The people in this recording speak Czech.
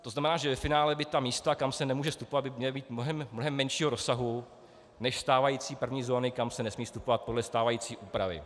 To znamená, že ve finále by ta místa, kam se nemůže vstupovat, měla být mnohem menšího rozsahu než stávající první zóny, kam se nesmí vstupovat podle stávající úpravy.